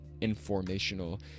informational